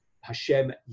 Hashem